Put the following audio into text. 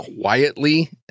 quietly